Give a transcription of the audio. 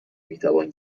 میتوان